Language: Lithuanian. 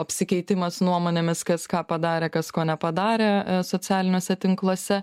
apsikeitimas nuomonėmis kas ką padarė kas ko nepadarė socialiniuose tinkluose